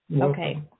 Okay